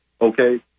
okay